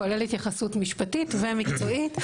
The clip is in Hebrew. כולל התייחסות משפטית ומקצועית.